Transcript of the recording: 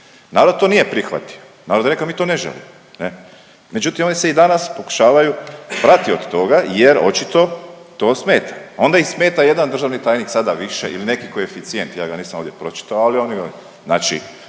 Narod to nije prihvatio, narod je rekao mi to ne želimo ne, međutim oni se i danas pokušavaju prati od toga jer očito to smeta. Onda ih smeta jedan državni tajnik sada više ili neki koeficijent, ja ga nisam ovdje pročitao, ali … znači